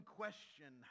question